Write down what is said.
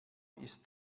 ist